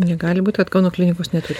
negali būt kad kauno klinikos neturi